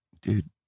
dude